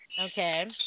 Okay